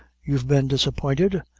you've been disappointed,